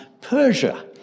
Persia